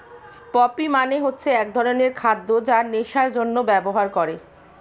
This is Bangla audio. পপি মানে হচ্ছে এক ধরনের খাদ্য যা নেশার জন্যে ব্যবহার করে